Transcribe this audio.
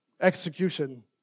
Execution